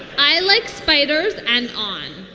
i like spiders and on